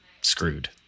screwed